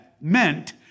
meant